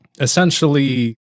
essentially